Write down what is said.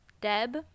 deb